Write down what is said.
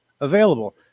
available